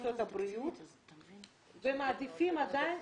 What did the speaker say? ומעדיפים עדיין,